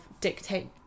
dictate